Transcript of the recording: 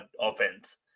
offense